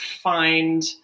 find